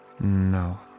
No